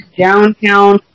downtown